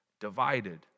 Divided